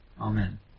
Amen